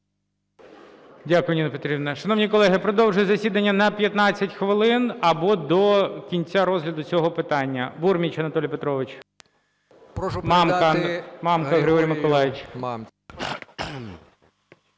Дякую, Ніна Петрівна. Шановні колеги, продовжую засідання на 15 хвилин або до кінця розгляду цього питання. Бурміч Анатолій Петрович. 14:58:50 БУРМІЧ А.П.